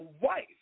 wife